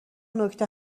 نکته